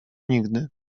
nigdy